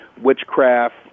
Witchcraft